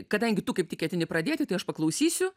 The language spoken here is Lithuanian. kadangi tu kaip tik ketini pradėti tai aš paklausysiu